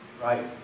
Right